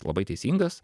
labai teisingas